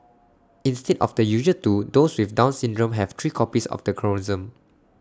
instead of the usual two those with down syndrome have three copies of the chromosome